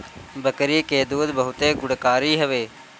बकरी के दूध बहुते गुणकारी हवे